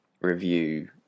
review